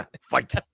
Fight